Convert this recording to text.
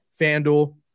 FanDuel